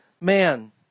man